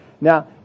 Now